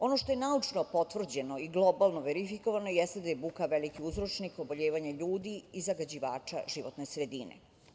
Ono što je naučno potvrđeno i globalno verifikovano jeste da je buka veliki uzročnih oboljevanja ljudi i zagađivača životne sredine.